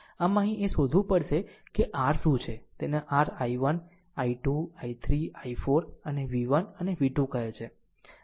આમ અહીં એ શોધવું પડશે કે r શું છે તેને r i1 i2 i3 i4 અને v1 અને v2 કહે છે